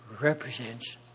represents